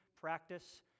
practice